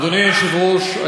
אדוני היושב-ראש,